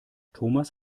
thomas